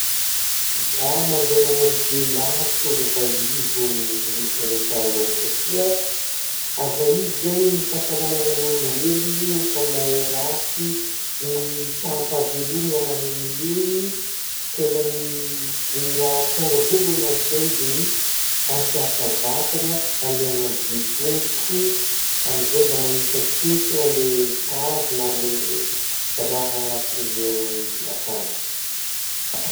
Ya ,mandeh managno dia alavitra ôlo fa io zô mihoatra ilay talôha satria, ava io zegny fahasalamagnan'ôlombelogno efa mehay ratsy ny taham-pahavelomagna ma mehay mihegny, kelagny ny raha tônga voalohagny an-tsaigny dy ny ampiasa vatagna andehagnagny dia tongotro amin'izay mba manintsakintsagna le tavy na le raha anatigny aigny akagny.